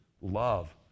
love